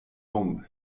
bomb